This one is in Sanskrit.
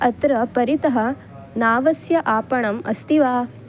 अत्र परितः नावस्य आपणम् अस्ति वा